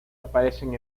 aparecen